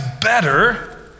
better